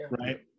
right